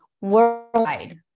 worldwide